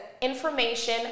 information